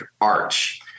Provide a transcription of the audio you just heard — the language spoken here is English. arch